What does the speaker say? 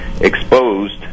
exposed